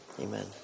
Amen